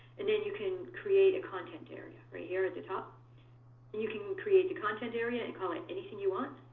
and then you can create a content area right here at the top. and you can create the content area and call it anything you want,